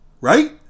right